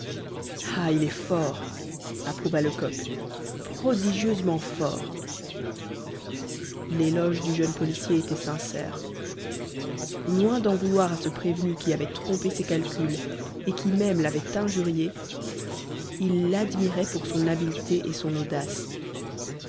ah il est fort approuva lecoq prodigieusement fort l'éloge du jeune policier était sincère loin d'en vouloir à ce prévenu qui avait trompé ses calculs et qui même l'avait injurié il l'admirait pour son habileté et son audace